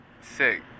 Sick